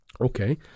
okay